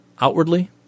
Outwardly